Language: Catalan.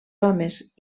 homes